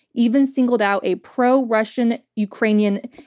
even singled out a pro-russian ukrainian,